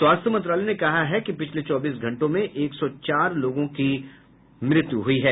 स्वास्थ्य मंत्रालय ने कहा है कि पिछले चौबीस घंटों में एक सौ चार लोगों की मौत भी हुई हैं